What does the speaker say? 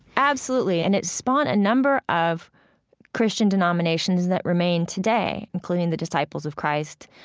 absolutely, and it spawned a number of christian denominations that remain today, including the disciples of christ.